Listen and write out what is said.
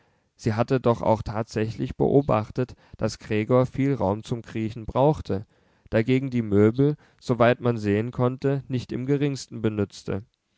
sie hatte doch auch tatsächlich beobachtet daß gregor viel raum zum kriechen brauchte dagegen die möbel soweit man sehen konnte nicht im geringsten benützte